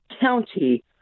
county